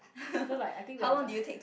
so like I think the the